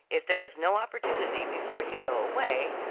if there is no opportunity before you go away,